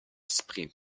sprint